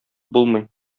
булмый